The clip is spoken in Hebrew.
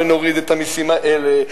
ונוריד את המסים האלה,